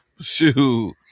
shoot